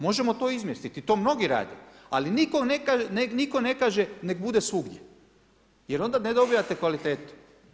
Možemo to izmjestiti i to mnogi rade, ali nitko ne kaže nek bude svugdje jer onda ne dobivate kvalitetu.